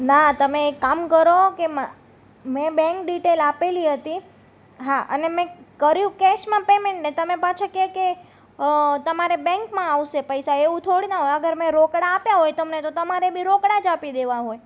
ના તમે એક કામ કરો કે મેં બેન્ક ડિટેલ આપેલી હતી હા અને મેં કર્યું કેશમાં પેમેન્ટને તમે પાછા કહો કે તમારે બેંકમાં આવશે પૈસા એટલે એવું થોડી ના હોય અગર મેં રોકડા આપ્યા હોય તો મને તો તમારે બી રોકડા જ આપી દેવા હોય